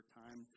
time